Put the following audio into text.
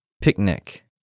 Picnic